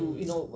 mm